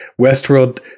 Westworld